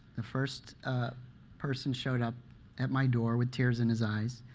the first person showed up at my door with tears in his eyes,